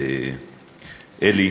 לאלי,